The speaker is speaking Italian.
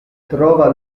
trova